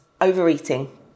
overeating